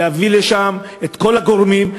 להביא לשם את כל הגורמים,